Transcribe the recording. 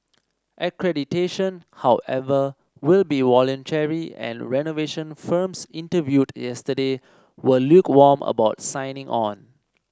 accreditation however will be voluntary and renovation firms interviewed yesterday were lukewarm about signing on